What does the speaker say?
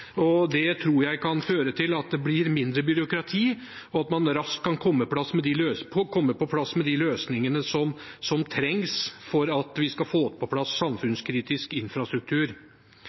Det tror jeg kan føre til at det blir mindre byråkrati, og at man raskt kan komme på plass med de løsningene som trengs for at vi skal få på plass samfunnskritisk infrastruktur.